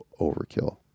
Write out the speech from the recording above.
overkill